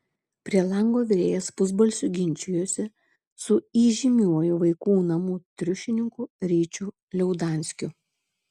prie lango virėjas pusbalsiu ginčijosi su įžymiuoju vaikų namų triušininku ryčiu liaudanskiu